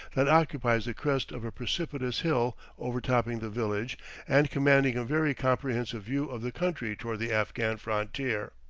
that occupies the crest of a precipitous hill overtopping the village and commanding a very comprehensive view of the country toward the afghan frontier.